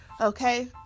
Okay